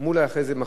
מולה מחליף אותי.